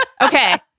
Okay